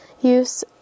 use